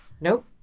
Nope